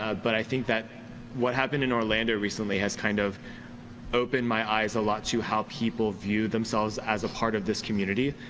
ah but i think what happened in orlando recently has kind of opened my eyes a lot to how people view themselves as a part of this community.